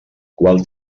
qual